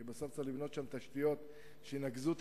כי בסוף צריך לבנות שם תשתיות שינקזו את